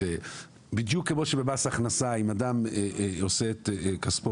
בדיוק כמו שבמס הכנסה אם אדם עושה את כספו